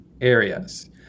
areas